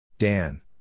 Dan